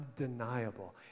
undeniable